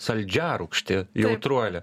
saldžiarūgštė jautruolė